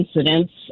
incidents